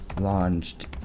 launched